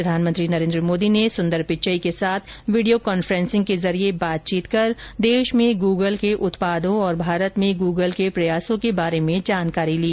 प्रधानमंत्री नरेंद्र मोदी ने सुंदर पिच्चई के साथ वीडियो कॉन्फ्रेंसिंग के जरिए बातचीत कर देश में गूगल के उत्पादों और भारत में गूगल के प्रयासों के बारे में जानकारी ली